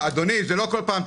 אדוני, זה לא בכל פעם.